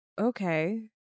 Okay